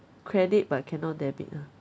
credit but cannot debit ah